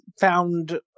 found